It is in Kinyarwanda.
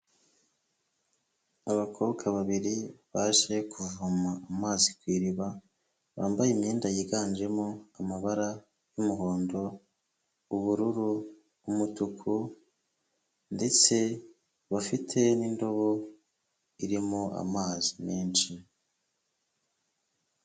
Abakobwa babiri baje kuvoma amazi ku iriba, bambaye imyenda yiganjemo amabara y'umuhondo, ubururu, umutuku ndetse bafite n'indobo irimo amazi menshi.